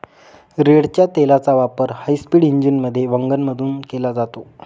रेडच्या तेलाचा वापर हायस्पीड इंजिनमध्ये वंगण म्हणून केला जातो